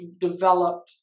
develop